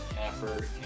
effort